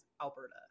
Alberta